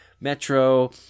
metro